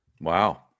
Wow